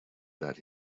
that